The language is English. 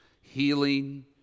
healing